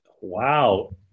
Wow